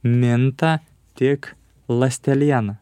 minta tik ląsteliena